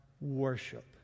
worship